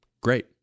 great